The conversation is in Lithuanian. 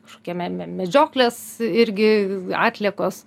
kažkokie me me medžioklės irgi atliekos